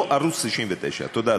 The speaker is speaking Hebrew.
לא ערוץ 99. תודה,